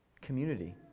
Community